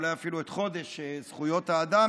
אולי אפילו את חודש זכויות האדם,